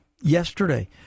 yesterday